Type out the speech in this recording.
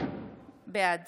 בעד